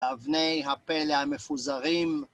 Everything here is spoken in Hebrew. אבני הפלא המפוזרים